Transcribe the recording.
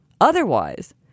Otherwise